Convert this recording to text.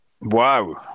Wow